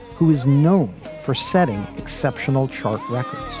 who is known for setting exceptional charts, records